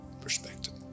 Perspective